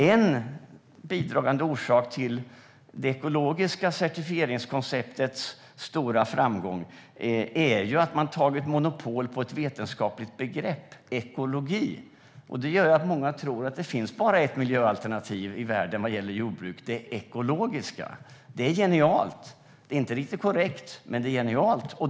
En bidragande orsak till den stora framgången med konceptet ekologisk certifiering är ju att man har tagit monopol på ett vetenskapligt begrepp, ekologi. Det gör att många tror att det bara finns bara ett miljöalternativ i världen när det gäller jordbruk, det ekologiska. Det är genialt, men det är inte riktigt korrekt.